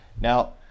Now